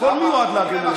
הכול מיועד להגן על האזרחים.